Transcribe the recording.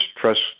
Trust